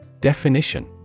Definition